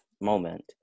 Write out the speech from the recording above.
moment